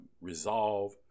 resolve